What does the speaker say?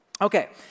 Okay